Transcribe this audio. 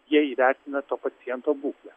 jie įvertina to paciento būklę